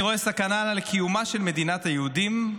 אני רואה סכנה לקיומה של מדינת היהודים,